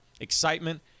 excitement